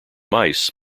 mice